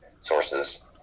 sources